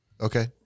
Okay